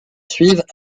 suivent